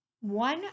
One